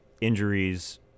injuries